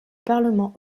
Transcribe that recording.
parlement